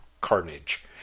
carnage